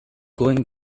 going